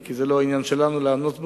אם כי זה לא עניין שלנו לענות בו,